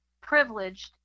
privileged